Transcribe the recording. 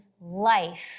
life